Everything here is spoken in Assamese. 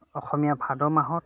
অসমীয়া ভাদ মাহত